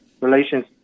relations